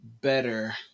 better